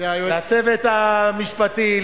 לצוות המשפטי,